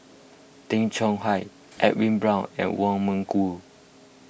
Tay Chong Hai Edwin Brown and Wong Meng Voon